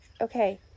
okay